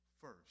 first